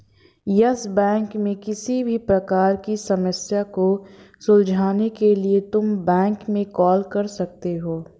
yes Bank में किसी भी प्रकार की समस्या को सुलझाने के लिए तुम बैंक में कॉल कर सकते हो